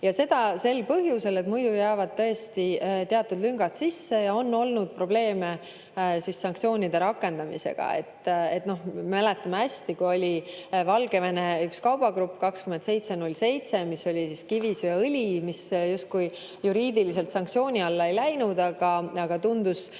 Ja seda sel põhjusel, et muidu jäävad tõesti teatud lüngad sisse ja on olnud probleeme sanktsioonide rakendamisega. Mäletame hästi, kui oli üks Valgevene kaubagrupp 2707, see oli kivisöeõli, mis justkui juriidiliselt sanktsiooni alla ei läinud, aga see tundus